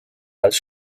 als